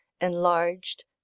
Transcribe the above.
enlarged